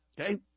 Okay